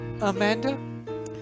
Amanda